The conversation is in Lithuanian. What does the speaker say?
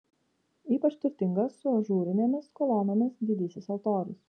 ypač turtingas su ažūrinėmis kolonomis didysis altorius